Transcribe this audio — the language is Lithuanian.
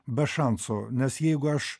be šansų nes jeigu aš